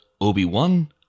Obi-Wan